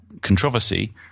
controversy